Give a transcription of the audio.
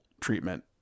treatment